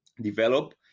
develop